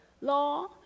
Law